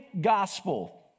gospel